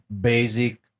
basic